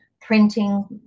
printing